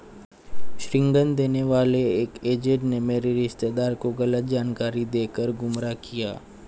ऋण देने वाले एक एजेंट ने मेरे रिश्तेदार को गलत जानकारी देकर गुमराह किया